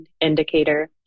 indicator